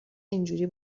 اینجوری